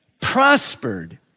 prospered